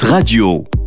Radio